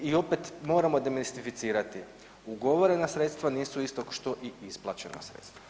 I opet moramo demistificirati ugovorena sredstva nisu isto što i isplaćena sredstva.